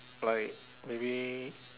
like maybe